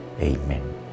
Amen